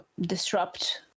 disrupt